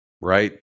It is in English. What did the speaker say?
Right